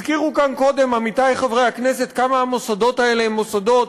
הזכירו כאן קודם עמיתי חברי הכנסת כמה המוסדות האלה הם מוסדות